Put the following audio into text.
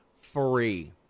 Free